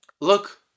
look